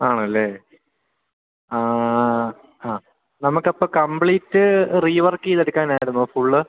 ആണല്ലേ ആഹ്ഹ ആഹ് നമുക്കപ്പോള് കമ്പ്ലീറ്റ് റിവർക്ക് ചെയ്തെടുക്കാനായിരുന്നോ ഫുള്